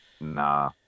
Nah